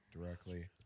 directly